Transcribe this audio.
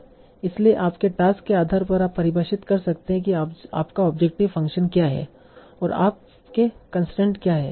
इसलिए आपके टास्क के आधार पर आप परिभाषित कर सकते हैं कि आपका ऑब्जेक्टिव फंक्शन क्या है और आपके कंसट्रेंट क्या हैं